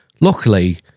Luckily